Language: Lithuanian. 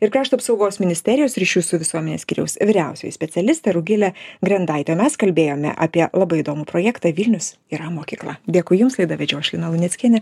ir krašto apsaugos ministerijos ryšių su visuomene skyriaus vyriausioji specialistė rugilė grendaitė mes kalbėjome apie labai įdomų projektą vilnius yra mokykla dėkui jums laidą vedžiau aš lina luneckienė